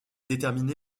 déterminé